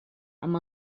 amb